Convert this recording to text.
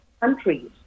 countries